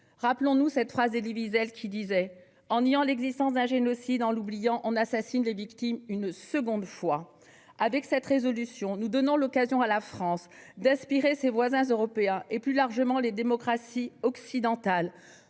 Rappelons-nous cette phrase d'Élie Wiesel :« En niant l'existence d'un génocide, en l'oubliant, on assassine les victimes une seconde fois. » Avec cette proposition de résolution, nous donnons l'occasion à la France d'inspirer ses voisins européens et, plus largement, les démocraties occidentales.